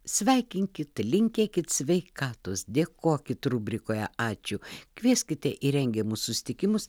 sveikinkit linkėkit sveikatos dėkokit rubrikoje ačiū kvieskite į rengiamus susitikimus